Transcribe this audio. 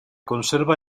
conserva